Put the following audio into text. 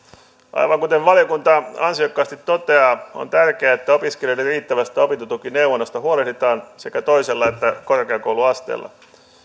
aivan kuten valiokunta ansiokkaasti toteaa on tärkeää että opiskelijoiden riittävästä opintotukineuvonnasta huolehditaan sekä toisella että korkeakouluasteella